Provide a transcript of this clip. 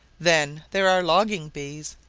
then there are logging-bees,